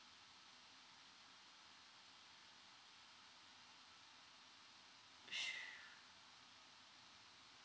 sure